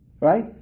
Right